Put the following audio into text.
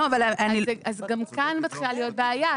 אז גם כן מתחילה להיות בעיה.